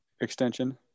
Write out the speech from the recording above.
extension